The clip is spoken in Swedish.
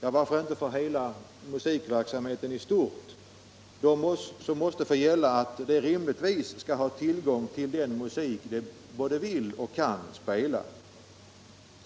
ja, varför inte för all musikverksamhet i stort, måste få gälla att de skall ha tillgång till den musik de vill och kan spela.